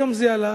היום זה עלה,